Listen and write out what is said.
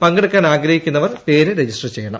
പങ്കെടുക്കാൻ ആഗ്രഹിക്കുന്നവർ പേര് രജിസ്റ്റർ ചെയ്യണം